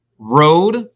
Road